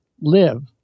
live